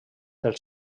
del